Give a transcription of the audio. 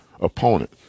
opponent